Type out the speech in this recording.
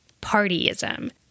partyism